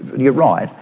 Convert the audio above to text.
you're right,